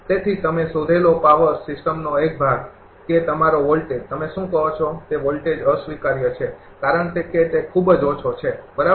તેથી તમે શોધેલો પાવર સિસ્ટમનો એક ભાગ કે તમારો વોલ્ટેજ તમે શું કહો છો તે વોલ્ટેજ અસ્વીકાર્ય છે કારણ કે તે ખૂબ જ ઓછો છે બરાબર